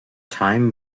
time